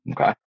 Okay